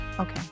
Okay